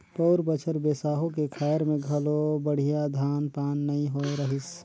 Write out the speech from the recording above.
पउर बछर बिसाहू के खायर में घलो बड़िहा धान पान नइ होए रहीस